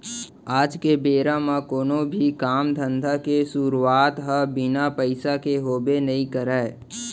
आज के बेरा म कोनो भी काम धंधा के सुरूवात ह बिना पइसा के होबे नइ करय